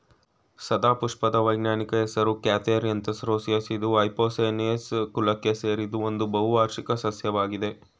ಸದಾಪುಷ್ಪದ ವೈಜ್ಞಾನಿಕ ಹೆಸರು Catharanthus roseus ಇದು ಎಪೋಸೈನೇಸಿ ಕುಲಕ್ಕೆ ಸೇರಿದ್ದು ಒಂದು ಬಹುವಾರ್ಷಿಕ ಸಸ್ಯವಾಗಿದೆ